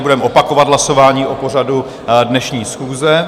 Budeme opakovat hlasování o pořadu dnešní schůze.